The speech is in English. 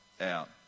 out